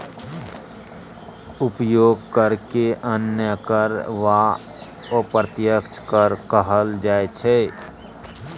उपभोग करकेँ अन्य कर वा अप्रत्यक्ष कर कहल जाइत छै